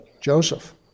Joseph